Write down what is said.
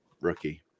rookie